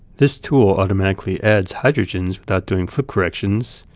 this tool automatically adds hydrogens without doing flip corrections,